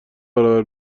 برابر